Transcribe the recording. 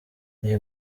iyi